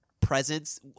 presence